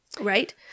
Right